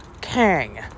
Kang